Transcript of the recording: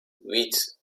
huit